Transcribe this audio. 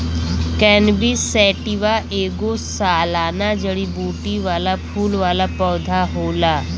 cannabis sativa ऐगो सालाना जड़ीबूटी वाला फूल वाला पौधा होला